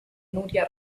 nuria